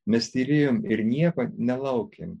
mes tylėjom ir nieko nelaukėm